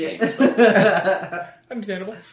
Understandable